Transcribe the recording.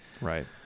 Right